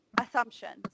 assumptions